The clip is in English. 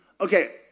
Okay